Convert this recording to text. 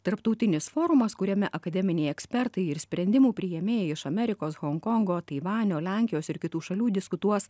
tarptautinis forumas kuriame akademiniai ekspertai ir sprendimų priėmėjai iš amerikos honkongo taivanio lenkijos ir kitų šalių diskutuos